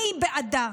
אני בעדה.